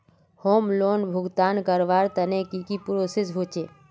Home loan भुगतान करवार तने की की प्रोसेस होचे?